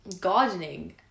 gardening